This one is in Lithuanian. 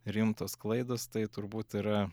rimtos klaidos tai turbūt yra